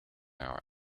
our